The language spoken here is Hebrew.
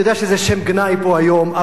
אני יודע שזה שם גנאי פה היום,